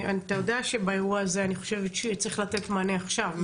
אתה יודע שבאירוע הזה אני חושבת שצריך לתת מענה עכשיו,